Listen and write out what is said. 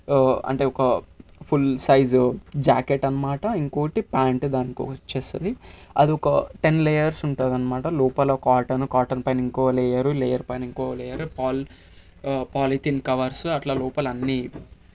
అంటే ఒక full size jacket అన్మాట ఇంకొకటి ప్యాంట్ దానికి వచ్చేస్తుంది అది ఒక టెన్ లేయర్స్ ఉంటుందనమాట లోపల కాటను కాటను పైన లేయరు లేయరు పైన ఇంకో లేయరు పాల్ పాలథిన్ కావర్స్ అట్లా లోపల అన్ని